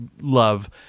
love